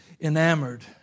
enamored